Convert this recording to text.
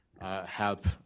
help